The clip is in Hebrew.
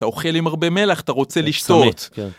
אתה אוכל עם הרבה מלח, אתה רוצה לשתות.